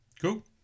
Cool